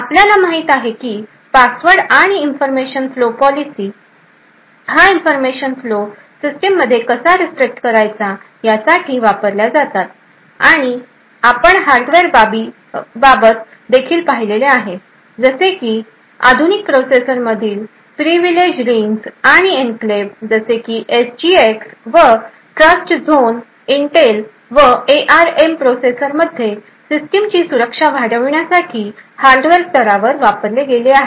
आपल्याला माहित आहे कि पासवर्ड आणि इन्फॉर्मेशन फ्लो पॉलीसी हा इन्फॉर्मेशन फ्लो सिस्टिममध्ये कसा रिस्ट्रिक्ट करायचा यासाठी वापरल्या जातात आणि आपण हार्डवेयर बाबी देखील पाहिले आहे जसे की आधुनिक प्रोसेसर मधील प्रिविलेज रिंग्ज व एन्क्लेव्ह जसे की एसजीएक्स व ट्रस्टझोन इंटेल व एआरएम प्रोसेसरमध्ये सिस्टिमची सुरक्षा वाढविण्यासाठी हार्डवेअर स्तरावर वापरले गेले आहेत